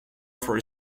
for